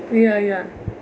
we are ya